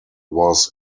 was